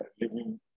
living